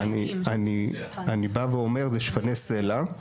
אני בא ואומר זה שפני סלע,